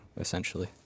essentially